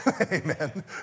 amen